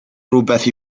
rhywbeth